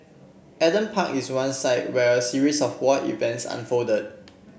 Adam Park is one site where a series of war events unfolded